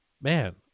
man